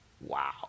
Wow